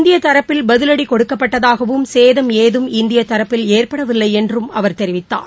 இந்தியதரப்பில் பதிலடிகொடுக்கப்பட்டதாகவும் இதற்கு சேதம் ஏதம் இந்தியதரப்பில் ஏற்படவில்லைஎன்றும் அவர் தெரிவித்தார்